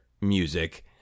music